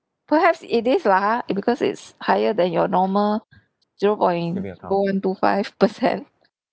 perhaps it is lah ha because it's higher than your normal zero point four one two five per cent